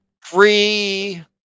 free